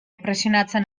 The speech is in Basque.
presionatzen